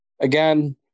again